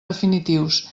definitius